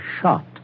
shot